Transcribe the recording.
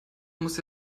musst